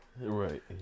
Right